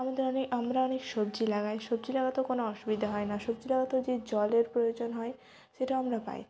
আমাদের অনেক আমরা অনেক সবজি লাগাই সবজি লাগাতেও কোনো অসুবিধা হয় না সবজি লাগাতেও যে জলের প্রয়োজন হয় সেটা আমরা পাই